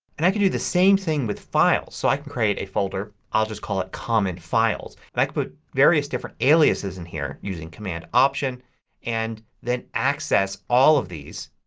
and i can do the same thing with files. so i can create a folder, i'll just call it common files. and i can put various different aliases in here using command option and then access all of these